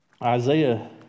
Isaiah